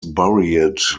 buried